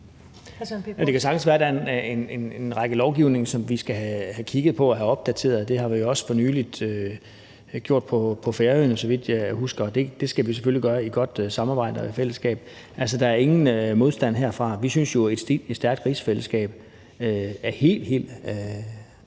Det kan sagtens være, at der er en række lovgivninger, som vi skal have kigget på og have opdateret. Det har vi jo også for nylig gjort for Færøerne, så vidt jeg husker. Det skal vi selvfølgelig gøre i et godt samarbejde og i fællesskab. Altså, der er ingen modstand herfra. Vi synes jo, at et stærkt rigsfællesskab er helt, helt